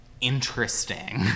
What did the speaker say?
interesting